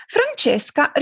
Francesca